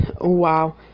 wow